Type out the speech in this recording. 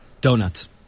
Donuts